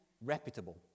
reputable